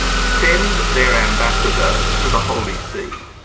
send their ambassador to the holy see.